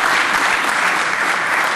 (מחיאות כפיים)